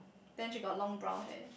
then she got long brown hair